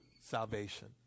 salvation